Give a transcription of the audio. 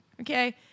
Okay